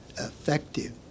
effective